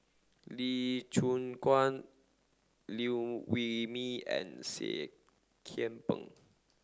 Lee Choon Guan Liew Wee Mee and Seah Kian Peng